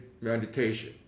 meditation